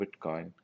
bitcoin